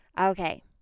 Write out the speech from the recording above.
Okay